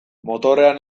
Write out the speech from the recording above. motorrean